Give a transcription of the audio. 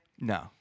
No